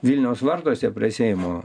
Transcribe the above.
vilniaus vartuose prie seimo